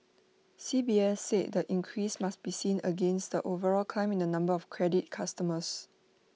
C B S said the increase must be seen against the overall climb in the number of credit customers